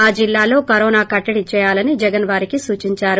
ఆ జిల్లాల్లో కరోనా కట్టడి చేయాలని జగన్ వారికి సూచిందారు